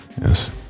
Yes